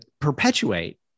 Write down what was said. perpetuate